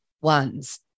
ones